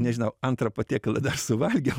nežinau antrą patiekalą dar suvalgiau